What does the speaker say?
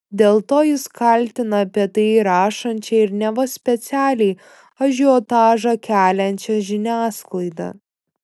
dėl to jis kaltina apie tai rašančią ir neva specialiai ažiotažą keliančią žiniasklaidą